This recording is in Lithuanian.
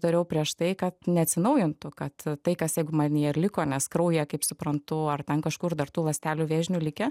dariau prieš tai kad neatsinaujintų kad tai kas jeigu manyje ir liko nes kraują kaip suprantu ar ten kažkur dar tų ląstelių vėžinių likę